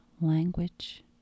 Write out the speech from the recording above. language